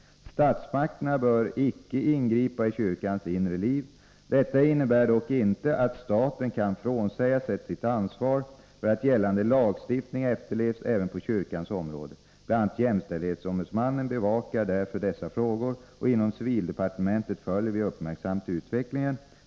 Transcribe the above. Statsmakterna bör inte ingripa i kyrkans inre liv. Detta innebär dock inte att staten kan frånsäga sig sitt ansvar för att gällande lagstiftning efterlevs även på kyrkans område. BI. a. jämställdhetsombudsmannen bevakar därför dessa frågor, och inom civildepartementet följer vi uppmärksamt utvecklingen.